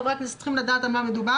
חברי הכנסת צריכים לדעת על מה מדובר.